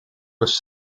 was